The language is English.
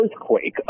earthquake